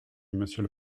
monsieur